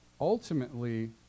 ultimately